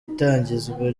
itangizwa